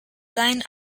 sein